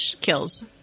kills